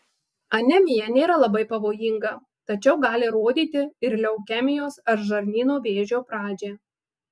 anemija nėra labai pavojinga tačiau gali rodyti ir leukemijos ar žarnyno vėžio pradžią